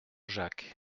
jacques